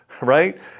Right